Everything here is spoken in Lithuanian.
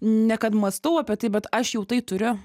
ne kad mąstau apie tai bet aš jau tai turiu